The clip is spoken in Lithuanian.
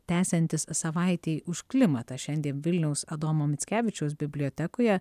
tęsiantis savaitei už klimatą šiandien vilniaus adomo mickevičiaus bibliotekoje